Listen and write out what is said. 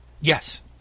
Yes